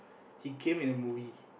he came with the movie